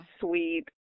sweet